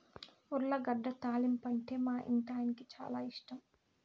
ఉర్లగడ్డ తాలింపంటే మా ఇంటాయనకి చాలా ఇష్టం